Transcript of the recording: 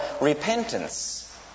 repentance